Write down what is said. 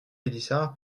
pélissard